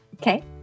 Okay